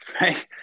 right